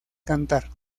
cantar